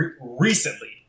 recently